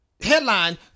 headline